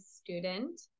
student